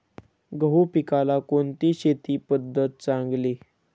गहू पिकाला कोणती शेती पद्धत चांगली?